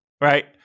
right